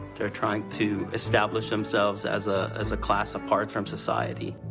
they're trying to establish themselves as ah as a class apart from society.